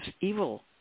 evil